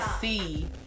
see